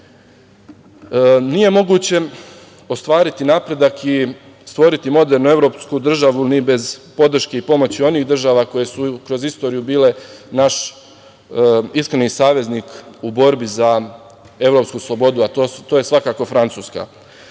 moguće ostvariti napredak i stvoriti modernu evropsku državu ni bez podrške i pomoći onih država koje su kroz istoriju bile naš iskreni saveznik u borbi za evropsku slobodu, a to je svakako Francuska.